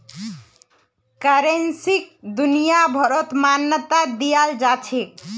करेंसीक दुनियाभरत मान्यता दियाल जाछेक